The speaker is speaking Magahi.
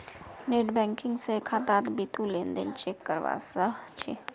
नेटबैंकिंग स खातात बितु लेन देन चेक करवा सख छि